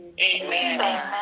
Amen